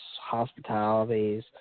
hospitalities